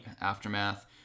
aftermath